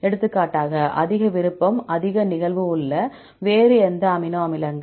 எடுத்துக்காட்டாக அதிக விருப்பம் அதிக நிகழ்வு உள்ள வேறு எந்த அமினோ அமிலங்கள்